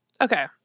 Okay